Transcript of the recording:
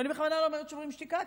ואני בכוונה לא אומרת "שוברים שתיקה",